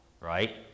right